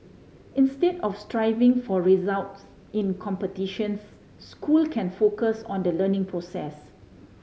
instead of striving for results in competitions school can focus on the learning process